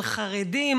על חרדים,